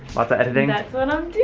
lots of editing. that's what i'm doing,